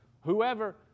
whoever